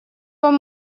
вам